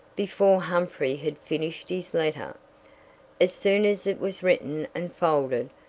before humphrey had finished his letter. as soon as it was written and folded,